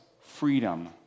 freedom